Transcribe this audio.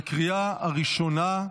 בקריאה הראשונה.